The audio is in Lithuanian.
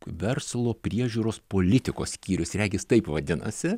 verslo priežiūros politikos skyrius regis taip vadinasi